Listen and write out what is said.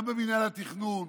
גם במינהל התכנון,